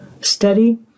Study